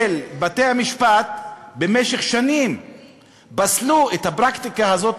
בתי-המשפט במשך שנים פסלו את הפרקטיקה הזאת